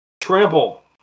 Trample